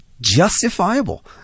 justifiable